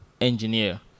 engineer